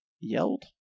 yelled